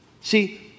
See